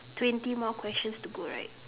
twenty more questions to go right